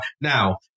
Now